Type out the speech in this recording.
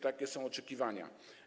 Takie są oczekiwania.